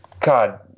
God